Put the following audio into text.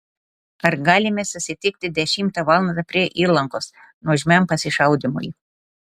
ar galime susitikti dešimtą valandą prie įlankos nuožmiam pasišaudymui